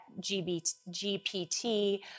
GPT